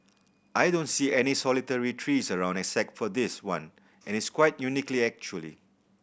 I don't see any solitary trees around except for this one and it's quite unique actually